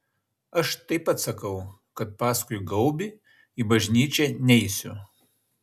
aš taip pat sakau kad paskui gaubį į bažnyčią neisiu